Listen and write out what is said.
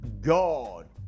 God